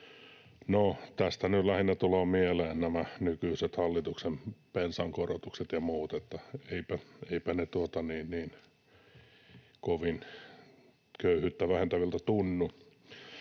tästä nyt lähinnä tulee mieleen nämä nykyiset hallituksen bensankorotukset ja muut, että eipä ne kovin köyhyyttä vähentäviltä tunnu.